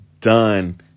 done